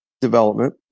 development